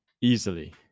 easily